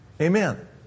Amen